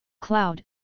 cloud